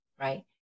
right